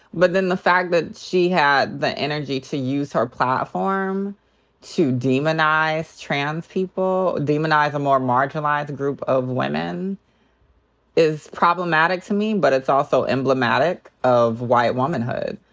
but then the fact that she had the energy to use her platform to demonize trans people, demonize a more marginalized group of women is problematic to me, but it's also emblematic of white womanhood.